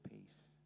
peace